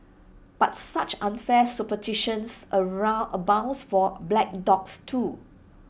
but such unfair superstitions around abounds for black dogs too